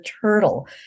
turtle